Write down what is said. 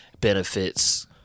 benefits